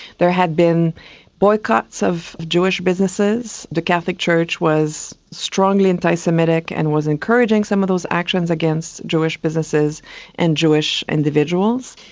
there had been boycotts of jewish businesses. the catholic church was strongly anti-semitic and was encouraging some of those actions against jewish businesses and jewish individuals.